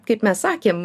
kaip mes sakėm